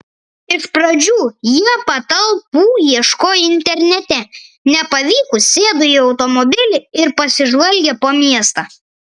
iš pradžių jie patalpų ieškojo internete nepavykus sėdo į automobilį ir pasižvalgė po miestą